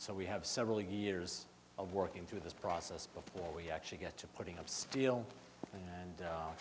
so we have several years of working through this process before we actually get to putting up steel and